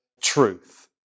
truth